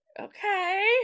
Okay